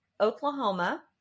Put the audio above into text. Oklahoma